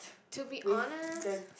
to be honest